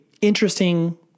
interesting